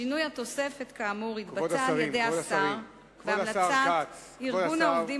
שינוי התוספת כאמור יתבצע על-ידי השר בהמלצת ארגון העובדים